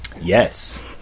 Yes